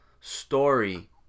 story